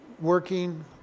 working